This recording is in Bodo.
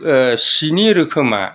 सिनि रोखोमा